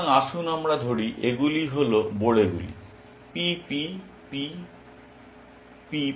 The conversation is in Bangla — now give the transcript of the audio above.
সুতরাং আসুন আমরা ধরি এগুলি হল বড়েগুলি P P P P P